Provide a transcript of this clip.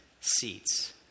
seats